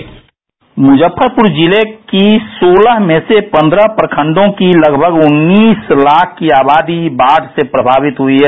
bite Muzaffarpur जिले की सोलह में से पन्द्रह प्रखंडो की लगभग उन्नीस लाख की आबादी बाढ़ से प्रभावित हुई है